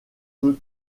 peut